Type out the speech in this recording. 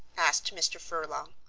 asked mr. furlong.